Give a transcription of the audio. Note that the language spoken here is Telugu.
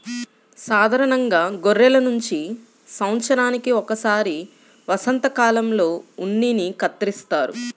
సాధారణంగా గొర్రెల నుంచి సంవత్సరానికి ఒకసారి వసంతకాలంలో ఉన్నిని కత్తిరిస్తారు